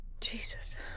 Jesus